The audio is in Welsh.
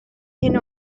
hyn